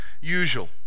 usual